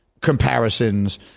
comparisons